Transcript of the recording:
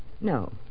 No